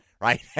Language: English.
Right